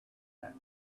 that